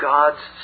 God's